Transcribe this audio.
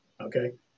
Okay